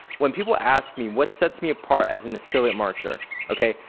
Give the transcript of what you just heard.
when people ask me what sets me apart as an affiliate marketer, okay?